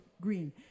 green